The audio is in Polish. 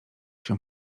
się